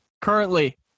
currently